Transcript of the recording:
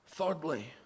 Thirdly